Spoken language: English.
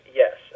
yes